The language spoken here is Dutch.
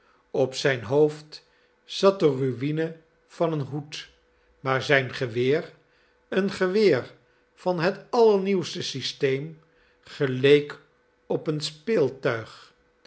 op zijn hoofd zat de ruïne van een hoed maar zijn geweer een geweer van het allernieuwste systeem geleek op een speeltuig